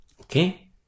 Okay